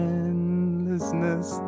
endlessness